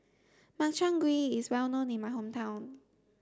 Makchang Gui is well known in my hometown